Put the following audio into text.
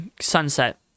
sunset